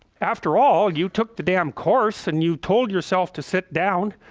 after all, you took the damn course and you told yourself to sit down.